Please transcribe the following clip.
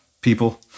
people